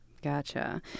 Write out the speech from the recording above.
Gotcha